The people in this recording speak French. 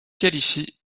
qualifient